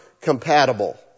compatible